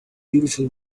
beautiful